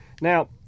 Now